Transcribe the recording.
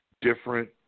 different